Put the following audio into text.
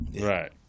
Right